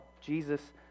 Jesus